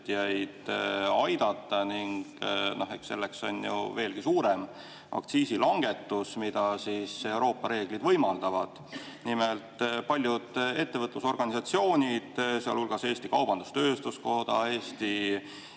aidata. Selleks on veelgi suurem aktsiisilangetus, mida Euroopa reeglid võimaldavad. Nimelt, paljud ettevõtlusorganisatsioonid, sealhulgas Eesti Kaubandus-Tööstuskoda, Eesti